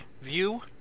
view